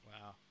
Wow